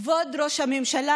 כבוד ראש הממשלה,